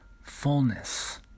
fullness